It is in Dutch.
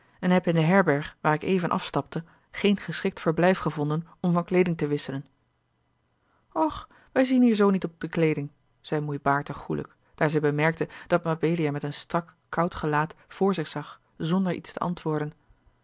en heb in de herberg waar ik even afstapte geen geschikt verblijf gevonden om van kleeding te wisselen och wij zien hier zoo niet op de kleeding zet moei baerte goêlijk daar zij bemerkte dat mabelia met een strak koud gelaat voor zich zag zonder iets te antwoorden